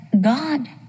God